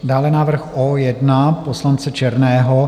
Dále návrh O1 poslance Černého.